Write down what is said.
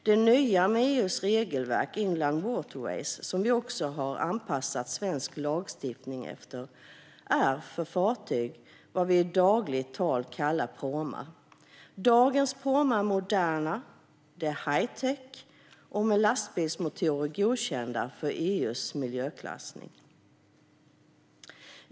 Det nya med EU:s regelverk Inland Water Ways, som vi också har anpassat svensk lagstiftning efter, är att det gäller för fartyg som vi i dagligt tal kallar pråmar. Dagens pråmar är moderna med high tech och med lastbilsmotorer godkända för EU:s miljöklassning.